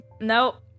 Nope